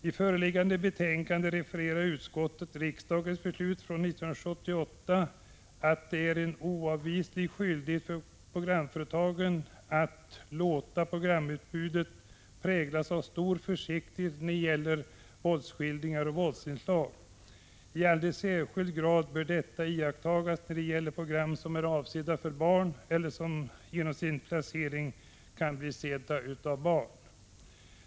I föreliggande betänkande refererar utskottet riksdagens beslut från 1978, nämligen att det är en oavvislig skyldighet för programföretagen att låta programutbudet präglas av stor försiktighet när det gäller våldsskildringar och våldsinslag. I alldeles särskilt hög grad bör detta iakttas i fråga om program som är avsedda för barn eller som genom sin placering kan bli sedda av barn.